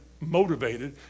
motivated